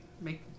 make